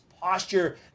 posture